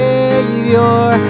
Savior